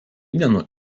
dienų